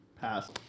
Pass